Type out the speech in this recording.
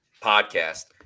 podcast